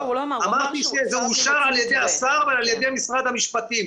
אמרתי שזה אושר על ידי השר ועל ידי משרד המשפטים.